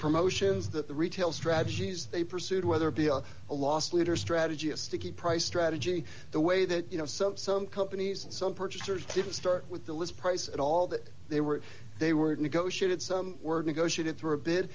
promotions that the retail strategies they pursued whether beah a loss leader strategy a sticky price strategy the way that you know some some companies and some purchasers didn't start with the list price at all that they were they were negotiated some were negotiated through a bi